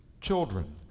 children